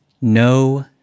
no